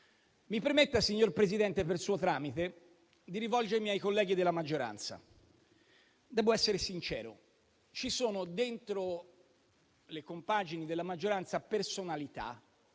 Mi permetta, signor Presidente, per suo tramite, di rivolgermi ai colleghi della maggioranza. Devo essere sincero: ci sono, all'interno delle compagini della maggioranza, personalità